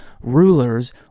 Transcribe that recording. rulers